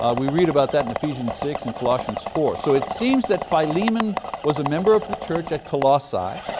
ah we read about that in ephesians six and colossians four. so it seems that philemon was a member of the church at colossae.